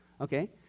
okay